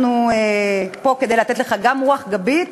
אנחנו פה כדי לתת לך גם רוח גבית